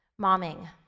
Momming